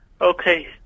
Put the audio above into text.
okay